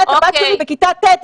הבת שלי בכיתה ט',